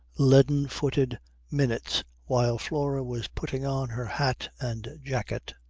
leaden-footed minutes while flora was putting on her hat and jacket,